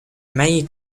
many